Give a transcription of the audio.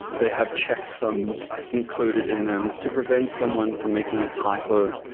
they have checksums encoded in them to prevent someone from making a typo.